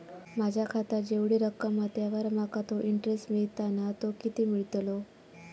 माझ्या खात्यात जेवढी रक्कम हा त्यावर माका तो इंटरेस्ट मिळता ना तो किती मिळतलो?